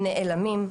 נעלמים,